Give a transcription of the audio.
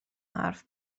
حرف